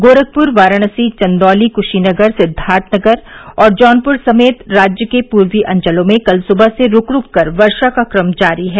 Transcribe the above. गोरखपुर वाराणसी चंदौली क्शीनगर सिद्दार्थनगर और जौनपुर समेत राज्य के पूर्वी अंचलों में कल सुबह से रूक रूक कर वर्षा का क्रम जारी है